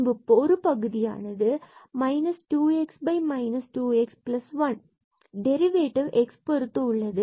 பின்பு ஒரு பகுதியானது minus 2 x minus x plus derivative x பொறுத்து உள்ளது